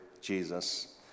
Jesus